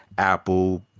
apple